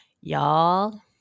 Y'all